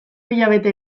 hilabete